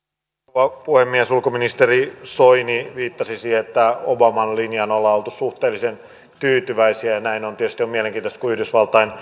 rouva puhemies ulkoministeri soini viittasi siihen että obaman linjaan ollaan oltu suhteellisen tyytyväisiä ja näin on tietysti on mielenkiintoista kun yhdysvaltain